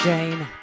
Jane